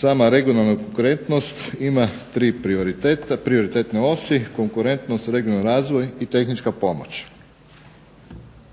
sama regionalna konkurentnost ima tri prioriteta, prioritetne osi, konkurentnost, regionalni razvoj i tehnička pomoć.